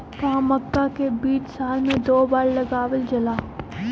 का मक्का के बीज साल में दो बार लगावल जला?